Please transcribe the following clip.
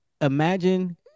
imagine